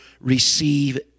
receive